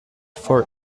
for